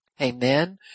Amen